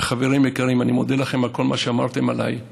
חברים יקרים, אני מודה לכם על כל מה שאמרתם עליי,